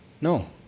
No